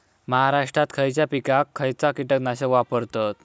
महाराष्ट्रात खयच्या पिकाक खयचा कीटकनाशक वापरतत?